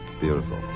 beautiful